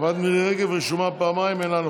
חברת הכנסת מירי רגב רשומה פעמיים, אינה נוכחת.